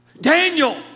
Daniel